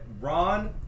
Ron